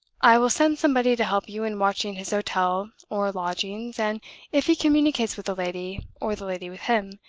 i will send somebody to help you in watching his hotel or lodgings and if he communicates with the lady, or the lady with him,